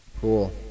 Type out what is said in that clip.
Cool